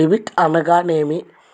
Debit అనగానేమి?